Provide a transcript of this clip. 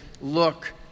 look